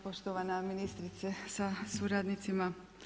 Poštovana ministrice sa suradnicima.